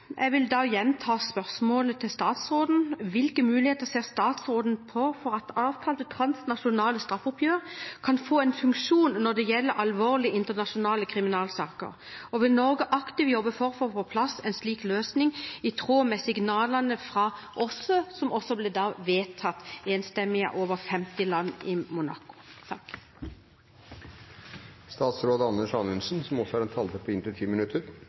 Jeg vil da gjenta spørsmålet til statsråden: Hvilke muligheter ser statsråden for at avtalte transnasjonale straffeoppgjør kan få en funksjon når det gjelder alvorlige internasjonale kriminalsaker, og vil Norge aktivt jobbe for å få på plass en slik løsning i tråd med signalene fra OSSE, som ble vedtatt enstemmig av over 50 land i Monaco?